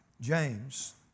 James